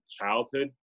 childhood